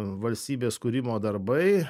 valstybės kūrimo darbai